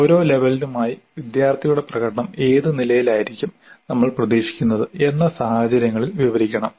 ഓരോ ലെവലിനുമായി വിദ്യാർത്ഥിയുടെ പ്രകടനം ഏത് നിലയിലായിരിക്കും നമ്മൾ പ്രതീക്ഷിക്കുന്നത് എന്ന സാഹചര്യങ്ങളിൽ വിവരിക്കണം